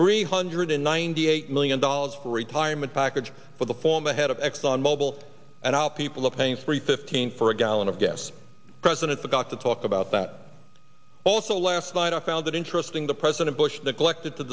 three hundred ninety eight million dollars for retirement package for the former head of exxon mobil and how people are paying three fifteen for a gallon of gas president got to talk about that also last night i found it interesting the president bush that collect